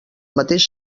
mateix